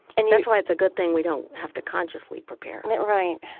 and that's why it's a good thing we don't have to consciously prepare and right.